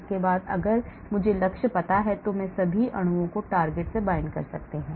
उसके बाद अगर मुझे लक्ष्य पता है तो मैं सभी अणुओं को target से binding कर सकते हैं